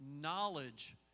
knowledge